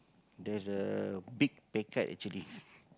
there's a big pay cut actually